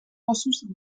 gossos